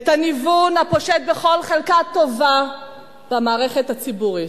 את הניוון הפושט בכל חלקה טובה במערכת הציבורית.